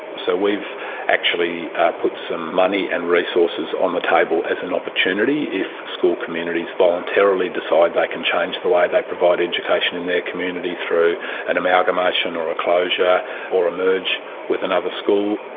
so we've actually put some money and resources on the table as an opportunity if school communities voluntarily decide they can change the way they provide education in their community through an amalgamation or a closure or a merge with another school.